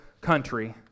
country